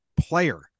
player